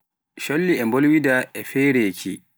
coolli e mbolwida e fireeki.